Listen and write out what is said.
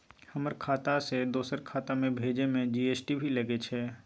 हमर खाता से दोसर के खाता में भेजै में जी.एस.टी भी लगैछे?